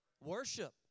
Worship